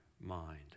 mind